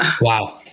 Wow